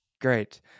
great